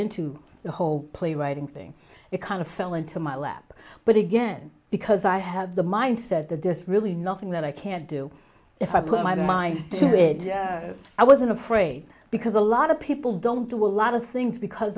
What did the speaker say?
into the whole play writing thing it kind of fell into my lap but again because i have the mindset that there's really nothing that i can't do if i put my mind to it i wasn't afraid because a lot of people don't do a lot of things because